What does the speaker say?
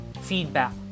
feedback